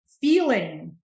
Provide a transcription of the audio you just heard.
feeling